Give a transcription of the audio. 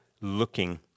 looking